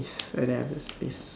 I don't have the space